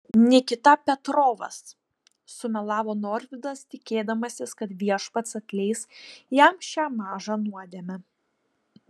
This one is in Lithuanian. nikita petrovas sumelavo norvydas tikėdamasis kad viešpats atleis jam šią mažą nuodėmę